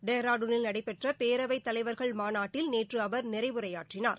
டேராடுனில் நடைபெற்ற பேரவைத் தலைவர்கள் மாநாட்டில் நேற்று அவர் நிறைவு உரையாற்றினார்